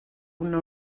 una